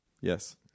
Yes